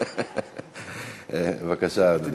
בבקשה, אדוני.